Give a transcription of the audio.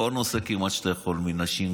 כמעט כל נושא שאתה יכול: נשים,